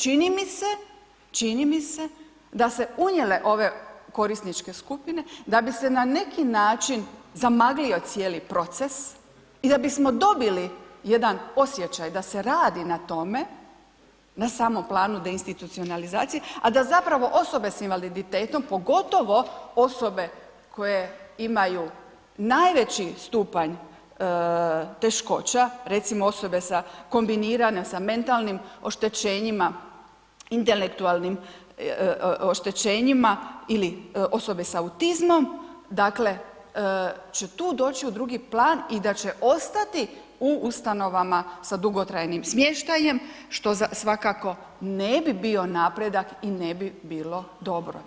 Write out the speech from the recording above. Čini mi se, čini mi se da se unijele ove korisničke skupine, da bi se na neki način zamaglio cijeli proces i da bismo dobili jedan osjećaj da se radi na tome, na samom planu deinstitucionalizacije, a da zapravo osobe s invaliditetom, pogotovo osobe koje imaju najveći stupanj teškoća, recimo osobe sa kombinirane sa mentalnim oštećenjima, intelektualnim oštećenjima ili osobe s autizmom, dakle, će tu doći u drugi plan i da će ostati u ustanovama sa dugotrajnim smještajem što svakako ne bi bio napredak i ne bi bilo dobro.